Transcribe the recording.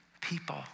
people